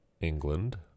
England